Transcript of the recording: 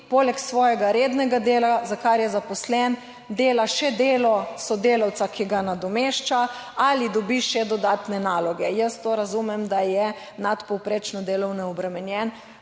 poleg svojega rednega dela, za kar je zaposlen, dela še delo sodelavca, ki ga nadomešča ali dobi še dodatne naloge? Jaz to razumem, da je nadpovprečno delovno obremenjen.